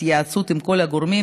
בהתייעצות עם כל הגורמים,